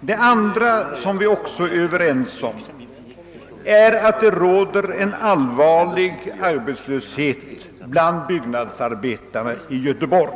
Det andra som vi är överens om är att det råder en allvarlig arbetslöshet bland byggnadsarbetarna i Göteborg.